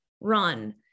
run